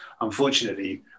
unfortunately